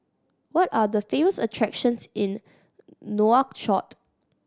what are the famous attractions in Nouakchott